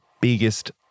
biggest